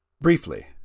Briefly